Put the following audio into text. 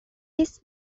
this